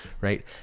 right